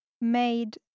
made